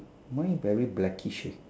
mine very blackish eh